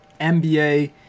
NBA